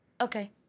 okay